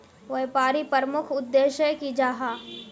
व्यापारी प्रमुख उद्देश्य की जाहा?